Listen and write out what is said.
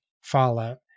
fallout